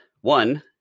one